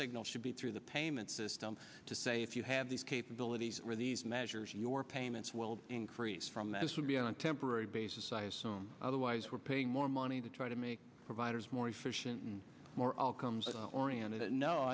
signal should be through the payment system to say if you have these capabilities or these measures your payments will increase from that will be on temporary basis i assume otherwise we're paying more money to try to make providers more efficient and more all comes oriented no